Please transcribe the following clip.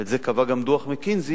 ואת זה קבע גם דוח "מקינזי"